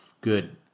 good